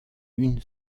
une